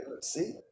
See